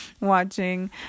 watching